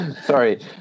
Sorry